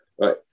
Right